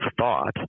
thought